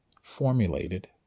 formulated